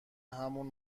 همون